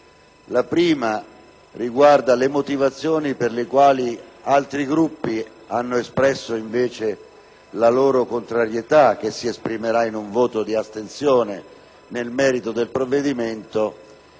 La prima riguarda le motivazioni con cui alcuni Gruppi hanno espresso la loro contrarietà, che si esprimerà in un voto di astensione nel merito del provvedimento,